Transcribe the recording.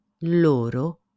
loro